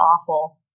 awful